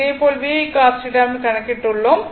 இதே போல் VI cos θ வையும் கணக்கிட்டுள்ளோம்